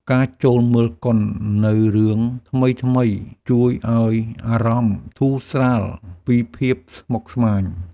ការចូលមើលកុននូវរឿងថ្មីៗជួយឱ្យអារម្មណ៍ធូរស្រាលពីភាពស្មុគស្មាញ។